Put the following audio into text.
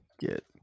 get